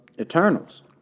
Eternals